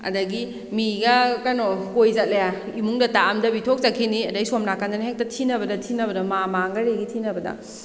ꯑꯗꯒꯤ ꯃꯤꯒ ꯀꯩꯅꯣ ꯀꯣꯏ ꯆꯠꯂꯦ ꯏꯃꯨꯡꯗ ꯇꯥꯛꯑꯝꯗꯕꯤ ꯊꯣꯛ ꯆꯠꯈꯤꯅꯤ ꯑꯗꯩ ꯁꯣꯝꯅꯥꯀꯟꯗꯅ ꯍꯦꯛꯇ ꯊꯤꯅꯕꯗ ꯊꯤꯅꯕꯗ ꯃꯥ ꯃꯥꯡꯈꯔꯦꯒꯤ ꯊꯤꯅꯕꯗ